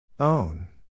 Own